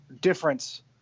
difference